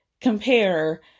compare